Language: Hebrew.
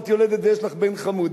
את יולדת ויש לך בן חמוד.